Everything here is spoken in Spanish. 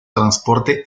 transporte